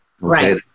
Right